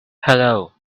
hello